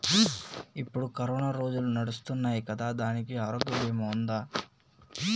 ఇప్పుడు కరోనా రోజులు నడుస్తున్నాయి కదా, దానికి ఆరోగ్య బీమా ఉందా?